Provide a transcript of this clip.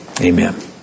amen